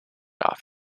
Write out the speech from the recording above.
off